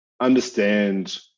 understand